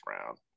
round